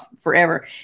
forever